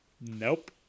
nope